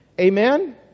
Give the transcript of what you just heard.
Amen